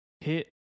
hit